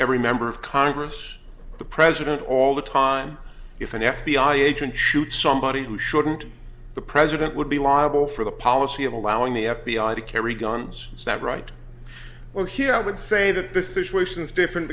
every member of congress the president all the time if an f b i agent shoots somebody who shouldn't the president would be liable for the policy of allowing the f b i to carry guns is that right or here i would say that the situation is different